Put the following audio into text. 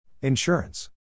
Insurance